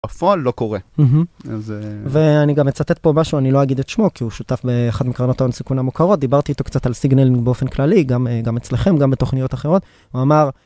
בפועל לא קורה, אז... ‫ואני גם אצטט פה משהו, ‫אני לא אגיד את שמו, ‫כי הוא שותף באחד ‫מקרנות ההון-סיכון המוכרות. ‫דיברתי איתו קצת על סיגנל ‫באופן כללי, גם אצלכם, ‫גם בתוכניות אחרות, הוא אמר...